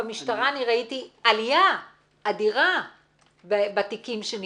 במשטרה אני ראיתי עלייה אדירה בתיקים שנפתחו.